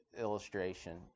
illustration